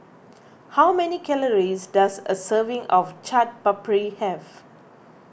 how many calories does a serving of Chaat Papri have